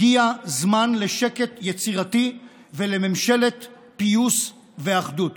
הגיע זמן לשקט יצירתי ולממשלת פיוס ואחדות.